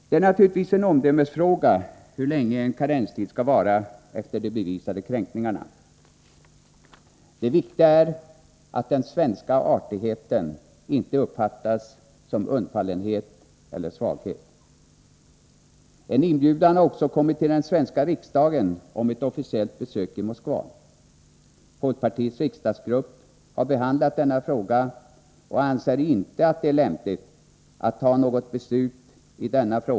Det är naturligtvis en omdömesfråga hur länge en karenstid skall vara efter de bevisade kränkningarna. Det viktiga är att den svenska artigheten inte uppfattas som undfallenhet eller svaghet. En inbjudan har också kommit till den svenska riksdagen om ett officiellt besök i Moskva. Folkpartiets riksdagsgrupp har behandlat denna fråga och anser inte att det i dagsläget är lämpligt att fatta något beslut i den.